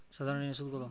সাধারণ ঋণের সুদ কত?